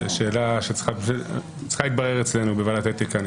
זאת שאלה שצריכה להתברר אצלנו בוועדת האתיקה.